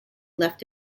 left